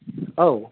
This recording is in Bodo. औ